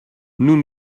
nous